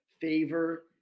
favor